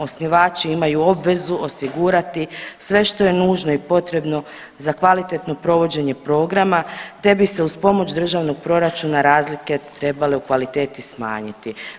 Osnivači imaju obvezu osigurati sve što je nužno i potrebno za kvalitetno provođenje programa, te bi se uz pomoć državnog proračuna razlike trebale u kvaliteti smanjiti.